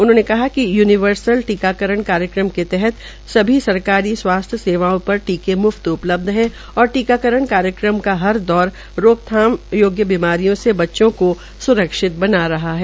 उन्होंने कहा कि यूनिवर्सल टीकाकरण कार्यक्रम के तहत सभी स्वास्थ्य सेवाओं पर टीके म्फ्त उपलब्ध है और टीकाकरण कार्यक्रमों का हर दौर रोकथाम योग्य बीमारियों से बच्चों को स्रक्षित बना रहा है